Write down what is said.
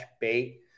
bait